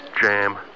jam